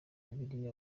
bibiliya